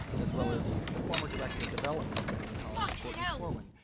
as well as the former director of development in dedman college courtney corwin,